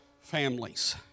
families